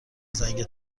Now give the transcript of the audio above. زنگ